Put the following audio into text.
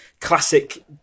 classic